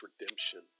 redemption